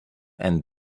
and